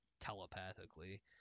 telepathically